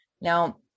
Now